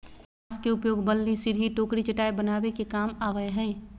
बांस के उपयोग बल्ली, सिरही, टोकरी, चटाय बनावे के काम आवय हइ